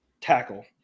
tackle